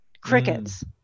Crickets